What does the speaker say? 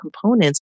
components